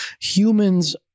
Humans